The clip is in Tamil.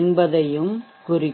என்பதையும் குறிக்கும்